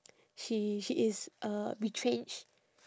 she she is uh retrenched